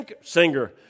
Singer